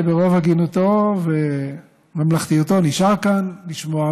ברוב הגינותו וממלכתיותו נשאר כאן לשמוע,